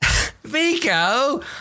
Vico